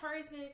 person